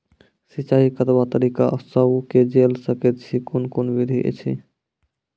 सिंचाई कतवा तरीका सअ के जेल सकैत छी, कून कून विधि ऐछि?